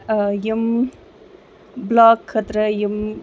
یِم بٕلاگ خٲطرٕ یِم